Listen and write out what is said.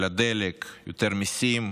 על הדלק, יותר מיסים,